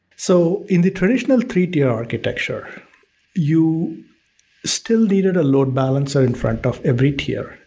so, in the traditional treaty ah architecture you still need and a load balance so in front of every tier,